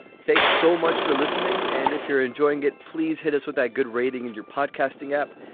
thanks so much for listening. and if you're enjoying it, please hit us with that good rating in your podcasting app.